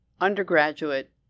undergraduate